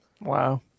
wow